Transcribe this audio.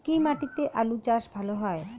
কি মাটিতে আলু চাষ ভালো হয়?